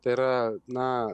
tai yra na